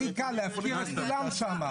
הכי קל להפריט את כולם שם.